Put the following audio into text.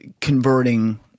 converting